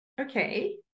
okay